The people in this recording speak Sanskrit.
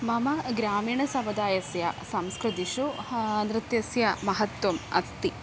मम ग्रामिणसमुदायस्य संस्कृतिषु हा नृत्यस्य महत्त्वम् अस्ति